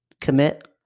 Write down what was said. commit